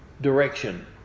direction